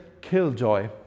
killjoy